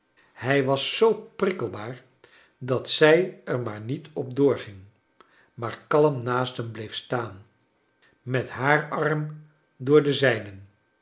heenhij was zoo prikkelbaar dat zij er maar niet op doorging maar kalm naast hem bleef staan met haar arm door den zijnen